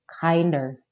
Kinder